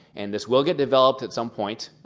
and this will get developed at some point.